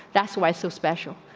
that's why so special.